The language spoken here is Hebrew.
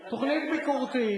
תוכנית ביקורתית,